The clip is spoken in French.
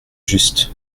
juste